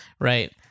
right